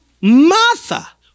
Martha